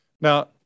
Now